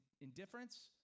indifference